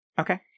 Okay